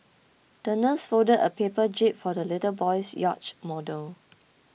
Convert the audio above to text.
the nurse folded a paper jib for the little boy's yacht model